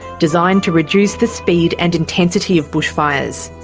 designed to reduce the speed and intensity of bushfires.